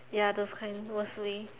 ya those kind worst way